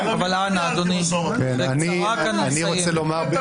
אנא אדוני, בקצרה כי אני מסיים.